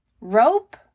rope